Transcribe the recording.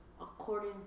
according